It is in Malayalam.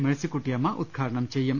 മേഴ്സിക്കുട്ടിയമ്മ ഉദ്ഘാടനം ചെയ്യും